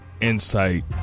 insight